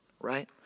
right